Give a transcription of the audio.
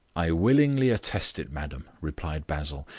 i willingly attest it, madam, replied basil,